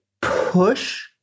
push